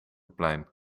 plein